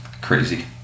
Crazy